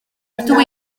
rydw